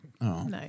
No